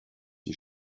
die